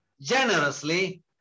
generously